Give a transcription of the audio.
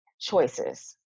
choices